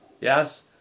yes